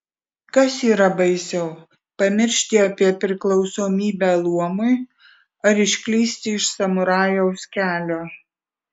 kas yra baisiau pamiršti apie priklausomybę luomui ar išklysti iš samurajaus kelio